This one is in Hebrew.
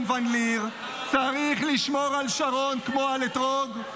ון ליר: צריך לשמור על שרון כמו על אתרוג,